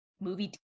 movie